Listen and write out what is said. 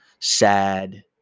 sad